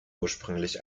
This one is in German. ursprünglich